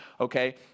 Okay